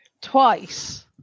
twice